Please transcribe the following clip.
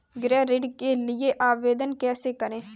गृह ऋण के लिए आवेदन कैसे करें?